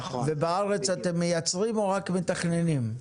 ובארץ אתם מייצרים או רק מתכננים?